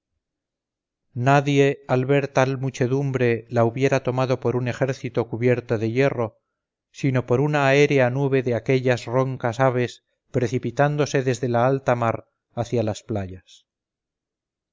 nadie al ver tal muchedumbre la hubiera tomado por un ejército cubierto de hierro sino por una aérea nube de aquellas roncas aves precipitándose desde la alta mar hacia las playas